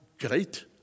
great